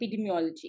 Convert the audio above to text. epidemiology